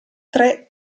tre